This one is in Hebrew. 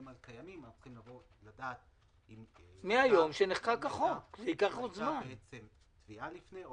על קיימים צריכים לדעת אם הייתה תביעה לפני או